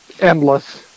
endless